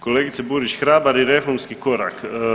Kolegice Burić, hrabar je reformski korak.